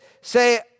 Say